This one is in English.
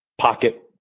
pocket